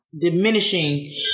diminishing